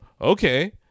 okay